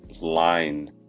line